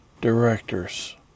directors